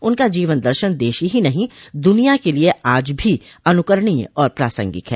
उनका जीवन दर्शन देश ही नहीं दुनिया के लिए आज भी अनुकरणीय और प्रासंगिक है